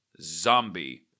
zombie